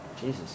Jesus